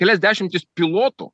kelias dešimtis pilotų